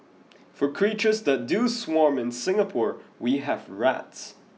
for creatures that do swarm in Singapore we have rats